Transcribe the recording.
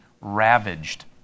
ravaged